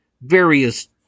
various